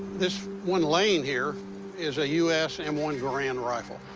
this one laying here is a us m one garand rifle.